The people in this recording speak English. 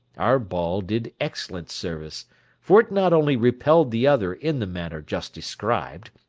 our ball did excellent service for it not only repelled the other in the manner just described,